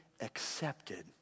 accepted